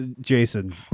Jason